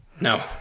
No